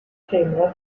framework